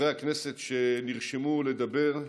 לחברי הכנסת שנרשמו לדבר,